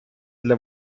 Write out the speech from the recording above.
для